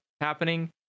happening